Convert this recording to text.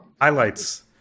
highlights